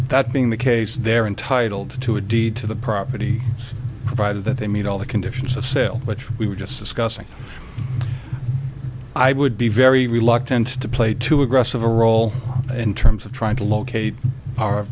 that being the case they're entitled to a deed to the property provided that they meet all the conditions of sale which we were just discussing i would be very reluctant to play too aggressive a role in terms of trying to locate